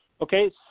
Okay